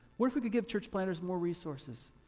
what if we could give church planters more resources,